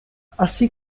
así